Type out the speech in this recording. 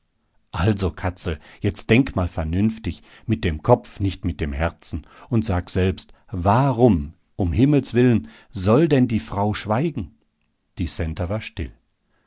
also katzel jetzt denk mal vernünftig mit dem kopf nicht mit dem herzen und sag selbst warum um himmels willen soll denn die frau schweigen die centa war still